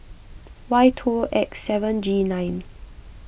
Y two X seven G nine